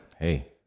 hey